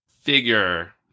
figure